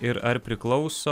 ir ar priklauso